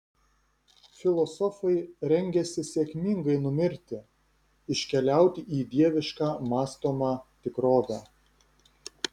filosofai rengiasi sėkmingai numirti iškeliauti į dievišką mąstomą tikrovę